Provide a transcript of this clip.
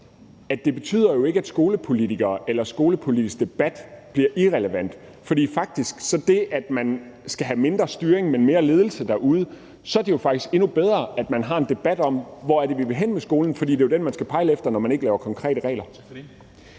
at det ikke betyder, at skolepolitikere eller den skolepolitiske debat bliver irrelevant. For når man skal have mindre styring og mere ledelse derude, er det faktisk endnu vigtigere, at der er en debat om, hvor man vil hen med skolen, for det er jo det, man skal pejle efter, når man ikke laver konkrete regler.